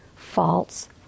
false